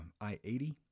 I-80